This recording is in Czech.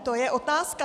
To je otázka.